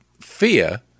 fear